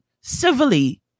civilly